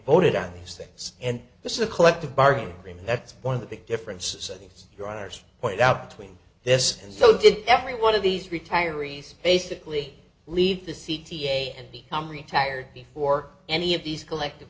voted on these things and this is a collective bargaining agreement that's one of the big differences i think your honour's pointed out between this and so did every one of these retirees basically leave the c t a and become retired before any of these collective